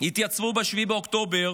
התייצבו ב-7 באוקטובר